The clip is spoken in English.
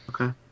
Okay